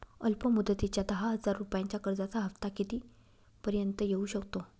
अल्प मुदतीच्या दहा हजार रुपयांच्या कर्जाचा हफ्ता किती पर्यंत येवू शकतो?